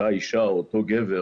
אותה אישה או אותו גבר,